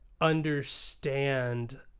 understand